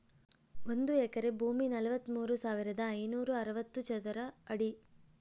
ಒಂದು ಎಕರೆ ಭೂಮಿ ನಲವತ್ಮೂರು ಸಾವಿರದ ಐನೂರ ಅರವತ್ತು ಚದರ ಅಡಿ